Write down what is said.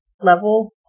level